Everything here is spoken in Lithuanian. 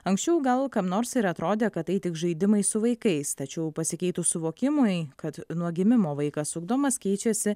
anksčiau gal kam nors ir atrodė kad tai tik žaidimai su vaikais tačiau pasikeitus suvokimui kad nuo gimimo vaikas ugdomas keičiasi